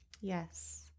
Yes